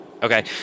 Okay